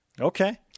Okay